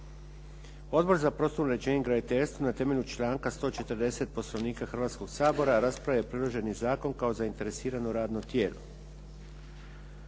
Odbor za prostorno uređenje i graditeljstvo na temelju članka 140. Poslovnika Hrvatskog sabora raspravio je predloženi zakon kao zainteresirano radno tijelo.